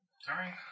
Sorry